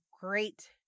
great